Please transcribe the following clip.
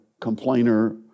complainer